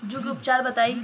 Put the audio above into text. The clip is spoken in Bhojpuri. जूं के उपचार बताई?